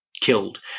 killed